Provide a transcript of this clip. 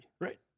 right